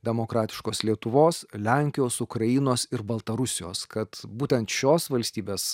demokratiškos lietuvos lenkijos ukrainos ir baltarusijos kad būtent šios valstybės